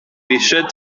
eisiau